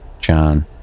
John